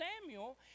Samuel